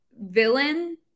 villain